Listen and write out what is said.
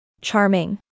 Charming